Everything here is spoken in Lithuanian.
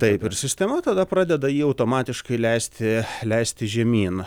taip ir sistema tada pradeda jį automatiškai leisti leisti žemyn